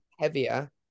heavier